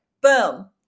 Boom